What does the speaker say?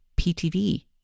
ptv